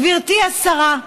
גברתי השרה,